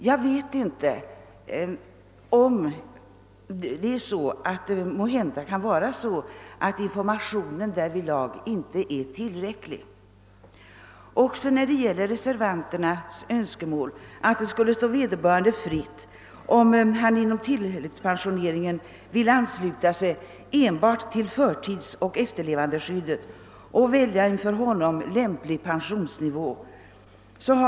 Måhända är informationen därvidlag inte tillräcklig. Jag har också blivit övertygad om att det inom ramen för det pensionssystem som vi har skapat inte är möjligt att enligt reservanternas önskemål låta vederbörande själv avgöra, om han inom tilläggspensioneringen vill ha enbart förtidsoch efterlevandeskyddet och välja en för honom lämplig pensionsnivå.